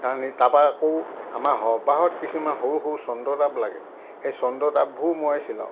তাহানি তাৰপৰা আকৌ আমাৰ সবাহত কিছুমান সৰু সৰু চন্দ্ৰতাপ লাগে সেই চন্দ্ৰতাপবোৰ মই চিলাওঁ